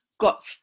got